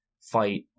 fight